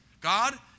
God